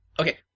Okay